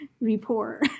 report